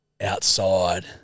outside